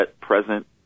present